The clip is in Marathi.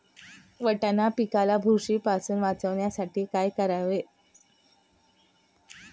वाटाणा पिकाला बुरशीपासून वाचवण्यासाठी काय करावे?